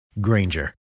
Granger